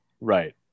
right